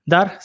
Dar